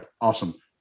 Awesome